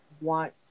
want